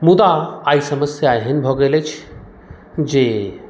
मुदा आइ समस्या एहन भऽ गेल अछि जे